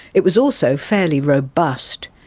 it was also fairly robust.